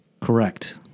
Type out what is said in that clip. Correct